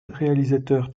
réalisateur